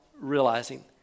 realizing